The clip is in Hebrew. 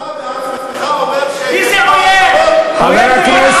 אתה עצמך אומר שהם ישבו עשרות